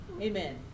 Amen